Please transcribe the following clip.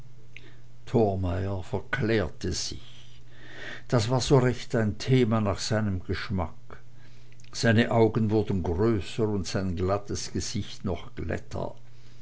thormeyer verklärte sich das war so recht ein thema nach seinem geschmack seine augen wurden größer und sein glattes gesicht noch glatter